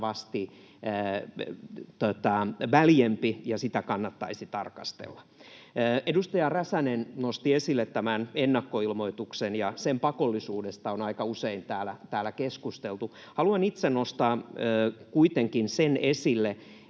väljempi, ja sitä kannattaisi tarkastella. Edustaja Räsänen nosti esille ennakkoilmoituksen, ja sen pakollisuudesta on aika usein täällä keskusteltu. Haluan itse nostaa kuitenkin esille